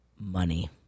money